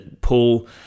Paul